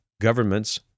governments